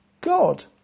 god